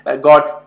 God